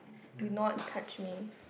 do not touch me